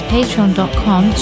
patreon.com